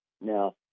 Now